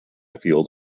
field